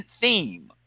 theme